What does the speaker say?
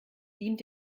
dient